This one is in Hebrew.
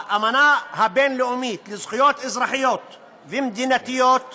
באמנה הבין-לאומית לזכויות אזרחיות ומדינתיות נאמר: